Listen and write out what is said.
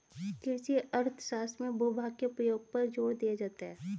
कृषि अर्थशास्त्र में भूभाग के उपयोग पर जोर दिया जाता है